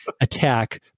attack